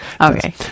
Okay